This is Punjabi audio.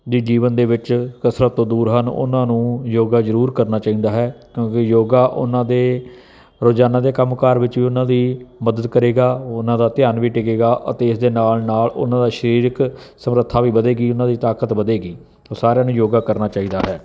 ਦੇ ਜੀਵਨ ਦੇ ਵਿੱਚ ਕਸਰਤ ਤੋਂ ਦੂਰ ਹਨ ਉਹਨਾਂ ਨੂੰ ਯੋਗਾ ਜ਼ਰੂਰ ਕਰਨਾ ਚਾਹੀਦਾ ਹੈ ਕਿਉਂਕਿ ਯੋਗਾ ਉਹਨਾਂ ਦੇ ਰੋਜ਼ਾਨਾ ਦੇ ਕੰਮਕਾਰ ਵਿੱਚ ਵੀ ਉਹਨਾਂ ਦੀ ਮਦਦ ਕਰੇਗਾ ਉਹਨਾਂ ਦਾ ਧਿਆਨ ਵੀ ਟਿਕੇਗਾ ਅਤੇ ਇਸ ਦੇ ਨਾਲ ਨਾਲ ਉਹਨਾਂ ਦਾ ਸਰੀਰਕ ਸਮਰੱਥਾ ਵੀ ਵਧੇਗੀ ਉਹਨਾਂ ਦੀ ਤਾਕਤ ਵਧੇਗੀ ਸਾਰਿਆਂ ਨੂੰ ਯੋਗਾ ਕਰਨਾ ਚਾਹੀਦਾ ਹੈ